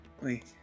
Wait